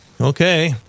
okay